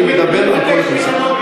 אני מדבר על כל הכנסת.